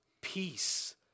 Peace